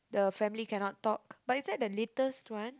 the family cannot talk but is that the latest one